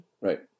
right